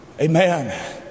Amen